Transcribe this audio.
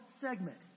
segment